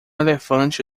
elefante